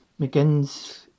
McGinn's